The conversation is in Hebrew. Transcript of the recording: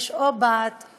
מנסים להוכיח את צדקתם.